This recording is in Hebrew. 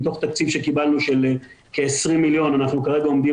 מתוך תקציב שקיבלנו של כ-20 מיליון אנחנו כרגע עומדים